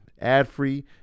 ad-free